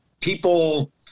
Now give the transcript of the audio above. people